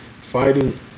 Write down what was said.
fighting